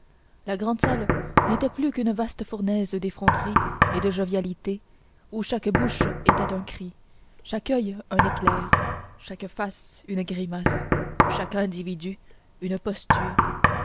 la grand salle n'était plus qu'une vaste fournaise d'effronterie et de jovialité où chaque bouche était un cri chaque oeil un éclair chaque face une grimace chaque individu une posture